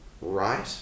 right